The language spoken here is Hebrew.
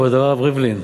כבוד הרב ריבלין,